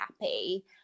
happy